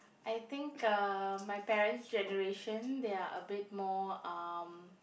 I think um my parent's generation they are a bit more um